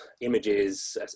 images